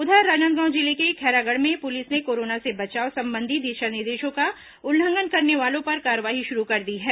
उधर राजनांदगावं जिले के खैरागढ़ में पुलिस ने कोरोना से बचाव संबंधी दिशा निर्देशों का उल्लंघन करने वालों पर कार्रवाई शुरू कर दी है